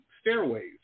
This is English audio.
stairways